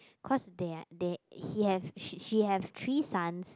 cause they are they he have she she have three sons